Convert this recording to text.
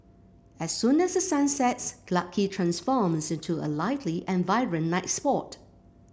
as soon as the sun sets Clarke Quay transforms into a lively and vibrant night spot